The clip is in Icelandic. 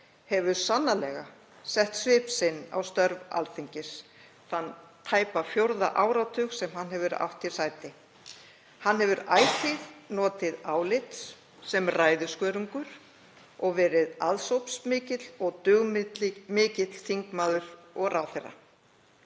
hefur sannarlega sett svip sinn á störf Alþingis þá tæpu fjóra áratugi sem hann hefur átt hér sæti. Hann hefur ætíð notið álits sem ræðuskörungur og verið aðsópsmikill og dugmikill þingmaður og ráðherra.